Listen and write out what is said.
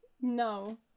no